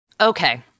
Okay